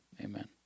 Amen